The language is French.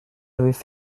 avaient